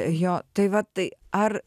jo tai va tai ar